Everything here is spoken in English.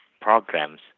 programs